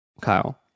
Kyle